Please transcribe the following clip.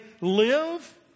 live